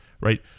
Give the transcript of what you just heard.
right